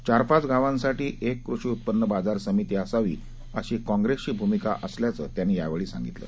चार पाच गावांसाठी एक कृषी उक्पन्न बाजार समिती असावी अशी काँग्रेसची भूमिका असल्याचं त्यांनी सांगितलं